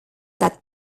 that